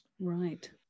Right